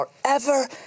forever